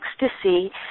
ecstasy